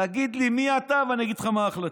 תגיד לי מי אתה ואני אגיד לך מה ההחלטה.